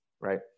right